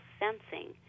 sensing